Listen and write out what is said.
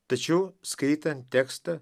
tačiau skaitant tekstą